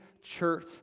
church